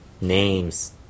names